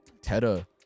Teta